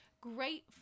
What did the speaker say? great